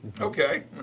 Okay